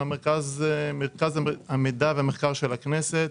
כשנה של המרכז למחקר ומידע של הכנסת,